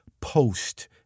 post